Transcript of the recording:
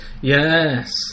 Yes